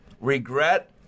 Regret